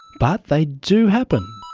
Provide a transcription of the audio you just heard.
but they do happen.